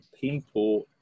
people